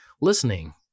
listening